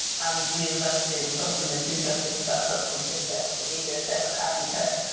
and we invest in some of the most interesting startups from fintech, to media tech, to agri tech.